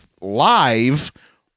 live